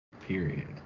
Period